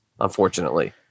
Unfortunately